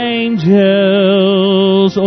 angels